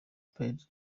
played